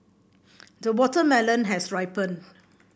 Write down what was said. the watermelon has ripened